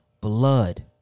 blood